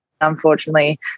unfortunately